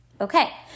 Okay